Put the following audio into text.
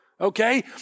Okay